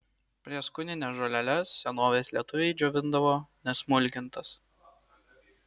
prieskonines žoleles senovės lietuviai džiovindavo nesmulkintas